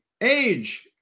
age